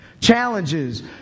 challenges